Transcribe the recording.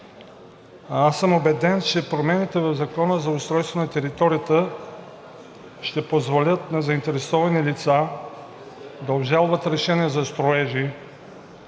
аз съм убеден, че промените в Закона за устройство на територията ще позволят на заинтересовани лица да обжалват решение за строежи